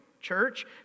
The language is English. church